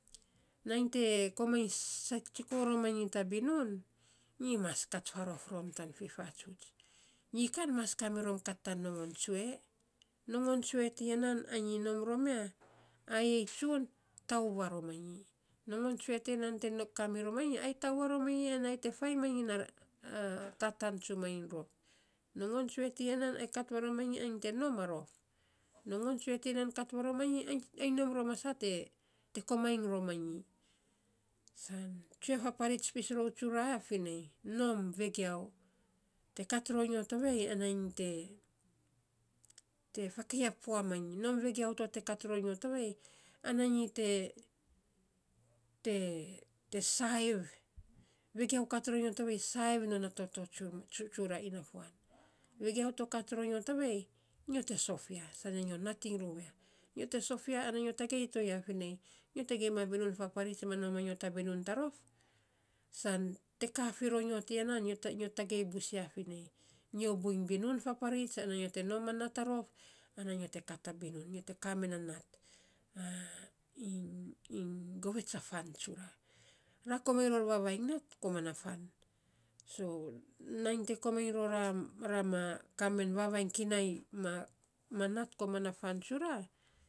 Nainy te komainy sainy tsiko romanyi ta bibinun nyi mas kat faarof rom tan fifatsuts, nyi kan mas kamiron kat tan nongon tsue. Nongon tsue tinan ai non rom ya. Ayei tsun tau varomanyi. Nongon tsue tiya te kaa miro manyo ai tau varomanyi. Ai tau maromanyi ai te fainy manyi tataan tsumanyi rof. Nongon tsue ti nan kat varomanyi ai nom rom a saa te komainy romanyi, san tsue faparits pis rou tsura finei nom vegiau te kat ror nyo tovei, ana nyi te te faakai ya pua manyi. Nom vegiau to te kat ranyo tovei ana nyi te te te saiv vegiau kat saiv non a toto tsura inafuan. Vegiau to kat ronyo tovei, nyo te sof ya. Sana nyo nating rou ya. Nyo te sof ya, sa nyo nating rou ya, nyo te sof ya, ana nyo tagei toyafinei nyo te gima binun faparots ma nom a nyo ta binun ta rof. San te kaa firor nyo tiyanan. Nyo tagei bus ya finei, nyo buiny binun fapareits ana nyo te kaa men na nat. goreits a fan tsura. Ra komainy ror vavainy nat koman fan. So, ra koman ro vavainy nat kinai koman fan tsura.